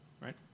right